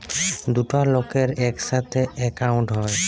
দুটা লকের ইকসাথে একাউল্ট হ্যয়